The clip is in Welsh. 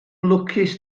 lwcus